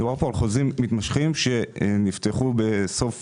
מדובר כאן על חוזים מתמשכים שנפתחו בסוף